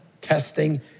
testing